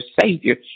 Savior